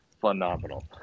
phenomenal